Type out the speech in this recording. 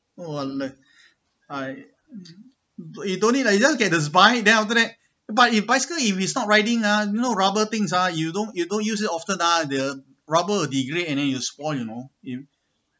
!wah! leh I you don't need lah you don't get his bike then after that but if bicycle if he's not riding [ah ]you know rubber things ah you don't you don't use it often ah the rubber will degrade and then will spoil you know you